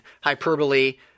hyperbole